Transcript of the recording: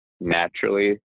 naturally